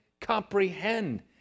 comprehend